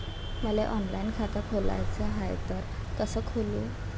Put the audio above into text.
मले ऑनलाईन खातं खोलाचं हाय तर कस खोलू?